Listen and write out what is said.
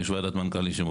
יש ועדת מנכ"לים.